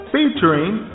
Featuring